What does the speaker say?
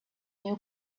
new